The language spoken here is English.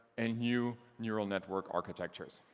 and new neural network architectures